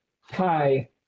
hi